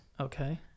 Okay